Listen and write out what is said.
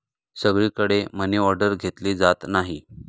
सगळीकडे मनीऑर्डर घेतली जात नाही